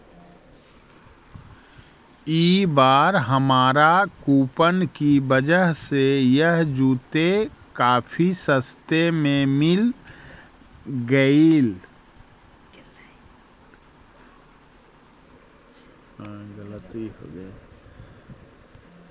ई बार हमारा कूपन की वजह से यह जूते काफी सस्ते में मिल गेलइ